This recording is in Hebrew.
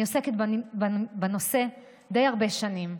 אני עוסקת בנושא די הרבה שנים,